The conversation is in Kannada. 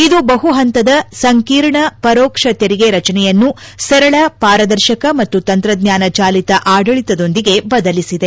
ಇದು ಬಹು ಪಂತದ ಸಂಕೀರ್ಣ ಪರೋಕ್ಷ ತೆರಿಗೆ ರಚನೆಯನ್ನು ಸರಳ ಪಾರದರ್ಶಕ ಮತ್ತು ತಂತ್ರಜ್ಞಾನ ಚಾಲಿತ ಆಡಳಿತದೊಂದಿಗೆ ಬದಲಿಸಿದೆ